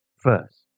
first